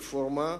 רפורמה,